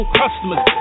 customers